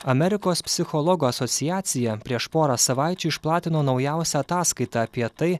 amerikos psichologų asociacija prieš porą savaičių išplatino naujausią ataskaitą apie tai